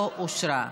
לא נתקבלה.